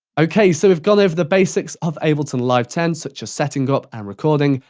okay, so we've gone over the basics of ableton live ten such as setting up and recording.